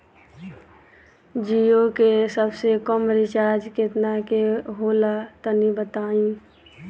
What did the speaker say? जीओ के सबसे कम रिचार्ज केतना के होला तनि बताई?